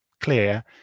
clear